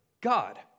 God